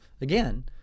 again